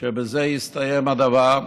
בזה יסתיים הדבר.